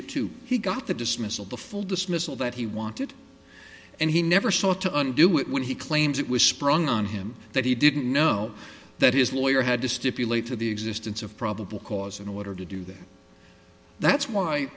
it too he got the dismissal the full dismissal that he wanted and he never sought to undo it when he claims it was sprung on him that he didn't know that his lawyer had to stipulate to the existence of probable cause in order to do that that's why